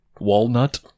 Walnut